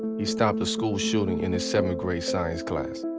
he stopped a school shooting in his seventh grade science class.